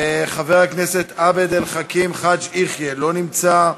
חבר הכנסת עבד אל חכים חאג' יחיא, לא נמצא.